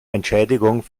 entschädigung